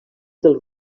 del